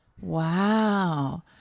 Wow